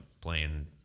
playing